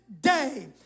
day